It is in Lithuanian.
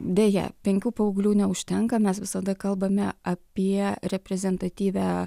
deja penkių paauglių neužtenka mes visada kalbame apie reprezentatyvią